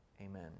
Amen